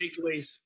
takeaways